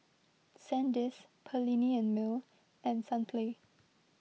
Sandisk Perllini and Mel and Sunplay